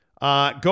Go